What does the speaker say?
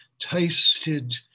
tasted